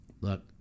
Look